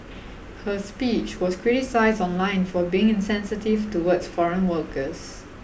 her speech was criticised online for being insensitive towards foreign workers